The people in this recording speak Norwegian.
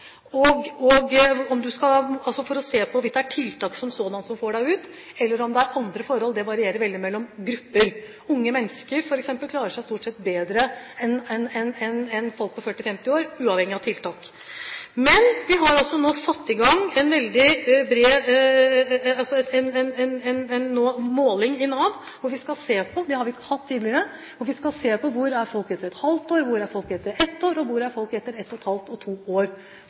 Om det er tiltak som sådanne som får en ut, eller om det er andre forhold, varierer veldig mellom grupper. Unge mennesker, f.eks., klarer seg stort sett bedre enn folk på 40–50 år, uavhengig av tiltak. Men vi har altså nå satt i gang en måling i Nav – det har vi ikke hatt tidligere – der vi skal se på: Hvor er folk etter et halvt år? Hvor er folk etter ett år? Hvor er folk etter ett og et halvt og to år?